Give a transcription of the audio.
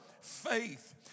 faith